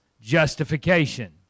justification